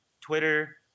Twitter